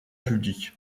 public